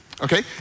okay